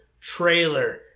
trailer